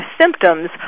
symptoms